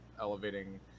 elevating